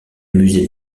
musée